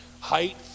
height